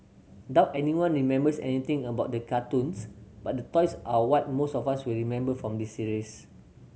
doubt anyone remembers anything about the cartoons but the toys are what most of us will remember from this series